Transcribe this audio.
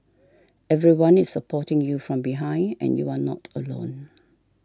everyone is supporting you from behind and you are not alone